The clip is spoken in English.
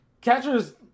catchers